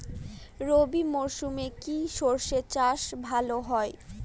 রবি মরশুমে কি সর্ষে চাষ ভালো হয়?